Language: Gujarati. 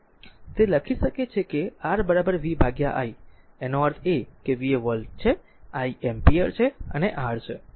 તે લખી શકે છે R v i તેનો અર્થ એ છે કે v એ વોલ્ટ છે i એમ્પીયર છે અને R છે